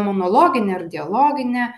monologinė ir dialoginė